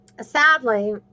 sadly